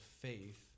faith